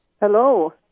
Hello